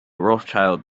rothschild